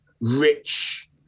rich